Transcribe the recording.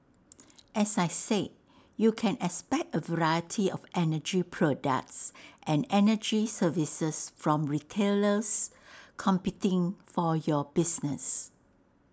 as I said you can expect A variety of energy products and energy services from retailers competing for your business